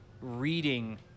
reading